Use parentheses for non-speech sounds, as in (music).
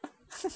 (laughs)